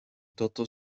tantôt